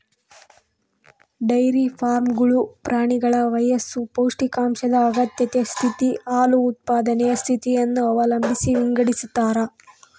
dairy ಫಾರ್ಮ್ಗಳು ಪ್ರಾಣಿಗಳ ವಯಸ್ಸು ಪೌಷ್ಟಿಕಾಂಶದ ಅಗತ್ಯತೆ ಸ್ಥಿತಿ, ಹಾಲು ಉತ್ಪಾದನೆಯ ಸ್ಥಿತಿಯನ್ನು ಅವಲಂಬಿಸಿ ವಿಂಗಡಿಸತಾರ